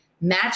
match